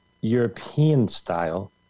European-style